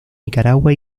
nicaragua